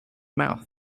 mouth